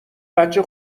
بچه